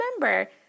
remember